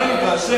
האמנו בה'.